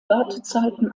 wartezeiten